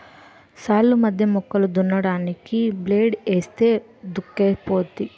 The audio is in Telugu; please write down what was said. సాల్లు మధ్య మొక్కలు దున్నడానికి బ్లేడ్ ఏస్తే దుక్కైపోద్ది